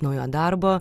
naujo darbo